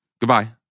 Goodbye